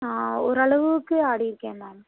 நான் ஓரளவுக்கு ஆடியிருக்கேன் மேம்